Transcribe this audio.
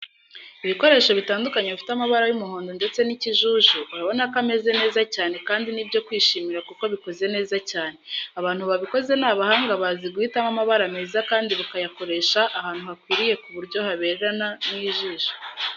Ibikoresho bitandukanye bifite amabara y'umuhondo ndetse n'ikijuju, urabona ko ameze neza cyane kandi ni ibyo kwishimira kuko bikoze neza cyane, abantu babikoze ni abahanga bazi guhitamo amabara meza kandi bakayakoresha ahantu hakwiriye ku buryo haberana n'ijisho.